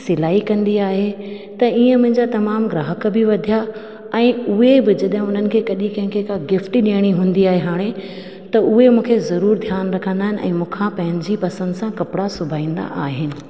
सिलाई कंदी आहे त ईअं मुंहिंजा तमामु ग्राहक बि वधिया ऐं उहे बि जॾहिं उन्हनि खे कढी कंहिंखें का गिफ्ट ॾियणी हूंदी आहे हाणे त उहे मूंखे ज़रूर ध्यानु रखंदा आहिनि ऐं मूंखां पंहिंजी पसंदि सां कपिड़ा सिबाईंदा आहिनि